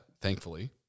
thankfully